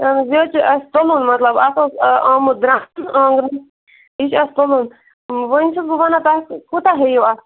اہن حظ یہِ حظ چھِ آسہِ تُلُن مطلب اَتھ اوس آمُت یہِ چھُ اَسہِ تُلُن وۄنۍ چھَس بہٕ وَنان تۄہہِ کوٗتاہ ہیٚیِو اَتھ